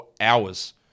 hours